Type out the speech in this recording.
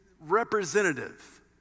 representative